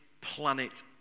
planet